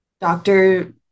Doctor